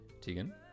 Tegan